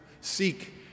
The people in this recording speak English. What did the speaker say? seek